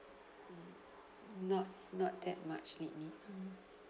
mmhmm not not that much lately mm